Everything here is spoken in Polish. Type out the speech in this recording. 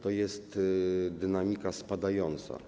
To jest dynamika spadająca.